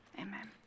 Amen